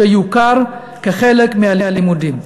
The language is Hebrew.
שיוכר כחלק מהלימודים.